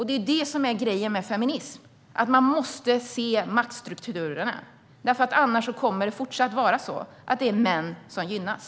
Det är det som är grejen med feminism - man måste se maktstrukturerna, för annars kommer det att fortsätta vara så att det är män som gynnas.